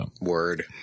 Word